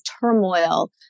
turmoil